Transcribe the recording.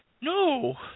No